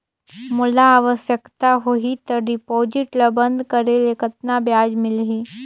मोला आवश्यकता होही त डिपॉजिट ल बंद करे ले कतना ब्याज मिलही?